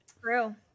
True